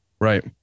Right